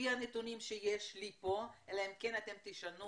לפי הנתונים שיש לי פה, אלא אם כן אתם תשנו